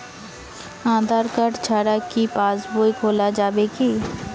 আধার card ছাড়া কি passbook খোলা যাবে কি?